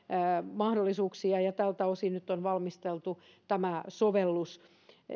mahdollisuuksia ja tältä osin nyt on valmisteltu tämä sovellus